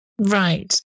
Right